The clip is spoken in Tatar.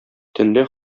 төнлә